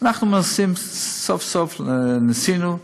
אנחנו מנסים, סוף-סוף, ניסינו.